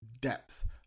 depth